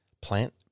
Plant